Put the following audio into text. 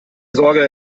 sorge